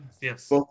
Yes